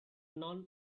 non